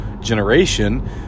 generation